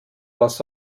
was